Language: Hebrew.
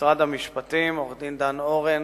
משרד המשפטים, עורך-הדין דן אורן